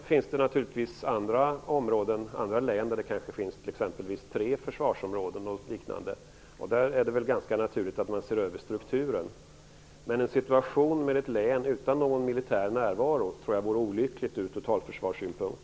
I andra län kan det finnas t.ex. tre försvarsområden. Då är det väl ganska naturligt att man ser över strukturen. Men en situation där ett län saknar militär närvaro tror jag vore olyckligt från totalförsvarssynpunkt.